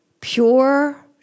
pure